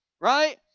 Right